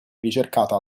ricercata